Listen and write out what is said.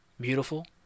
beautiful